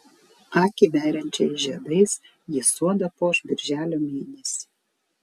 akį veriančiais žiedais ji sodą puoš birželio mėnesį